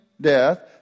death